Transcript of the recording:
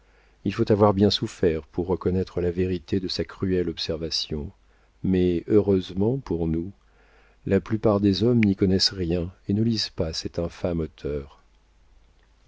il faut avoir bien souffert pour reconnaître la vérité de sa cruelle observation mais heureusement pour nous la plupart des hommes n'y connaissent rien et ne lisent pas cet infâme auteur